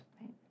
Right